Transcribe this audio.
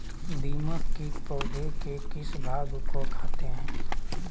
दीमक किट पौधे के किस भाग को खाते हैं?